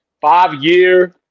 five-year